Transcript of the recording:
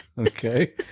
okay